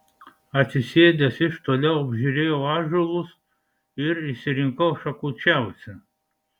atsisėdęs iš toliau apžiūrėjau ąžuolus ir išsirinkau šakočiausią